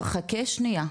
חכה שנייה,